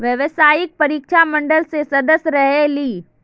व्यावसायिक परीक्षा मंडल के सदस्य रहे ली?